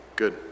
Good